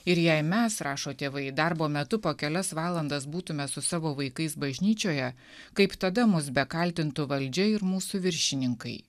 ir jei mes rašo tėvai darbo metu po kelias valandas būtume su savo vaikais bažnyčioje kaip tada mus bekaltintų valdžia ir mūsų viršininkai